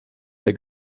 der